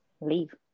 leave